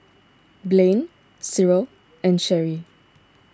Blane Cyril and Cherry